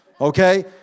okay